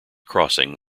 crossing